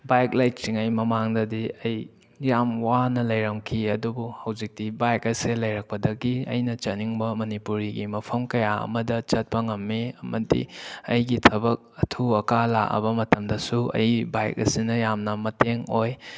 bike ꯂꯩꯇ꯭ꯔꯤꯉꯩ ꯃꯃꯥꯡꯗꯗꯤ ꯑꯩ ꯌꯥꯝ ꯋꯥꯅ ꯂꯩꯔꯝꯈꯤ ꯑꯗꯨꯕꯨ ꯍꯧꯖꯤꯛꯇꯤ ꯕꯥꯏꯛ ꯑꯁꯦ ꯂꯩꯔꯛꯄꯗꯒꯤ ꯑꯩꯅ ꯆꯠꯅꯤꯡꯕ ꯃꯅꯤꯄꯨꯔꯤꯒꯤ ꯃꯐꯝ ꯀꯌꯥ ꯑꯃꯗ ꯆꯠꯄ ꯉꯝꯃꯤ ꯑꯃꯗꯤ ꯑꯩꯒꯤ ꯊꯕꯛ ꯑꯊꯨ ꯑꯀꯥꯏ ꯂꯥꯛꯑꯕ ꯃꯇꯝꯗꯁꯨ ꯑꯩꯒꯤ ꯕꯥꯏꯛ ꯑꯁꯤꯅ ꯌꯥꯝꯅ ꯃꯇꯦꯡ ꯑꯣꯏ